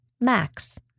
Max